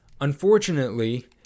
unfortunately